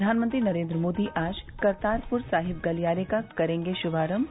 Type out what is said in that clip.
प्रधानमंत्री नरेन्द्र मोदी आज करतारपुर साहिब गलियारे का करेंगे शुभारम्भ